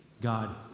God